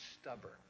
stubborn